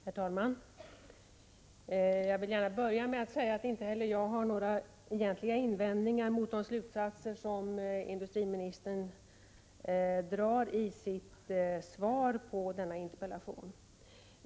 Herr talman! Jag vill gärna börja med att säga att inte heller jag har några egentliga invändningar mot de slutsatser som industriministern drar i sitt svar på interpellationen.